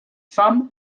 fam